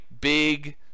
big